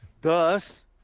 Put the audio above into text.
Thus